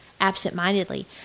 absentmindedly